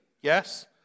Yes